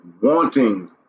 wanting